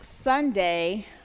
Sunday